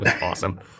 awesome